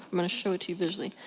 i'm gonna show it to you visually,